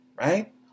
right